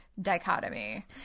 dichotomy